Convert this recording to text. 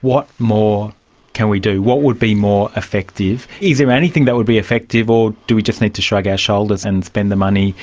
what more can we do? what would be more effective? is there anything that would be effective or do we just need to shrug our shoulders and spend the money